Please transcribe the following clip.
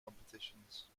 competitions